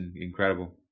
incredible